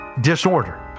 Disorder